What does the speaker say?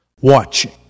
Watching